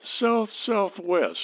South-southwest